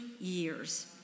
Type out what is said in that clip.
years